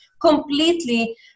completely